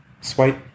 swipe